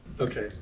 Okay